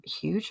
huge